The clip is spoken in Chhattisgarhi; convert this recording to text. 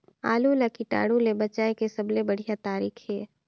आलू ला कीटाणु ले बचाय के सबले बढ़िया तारीक हे?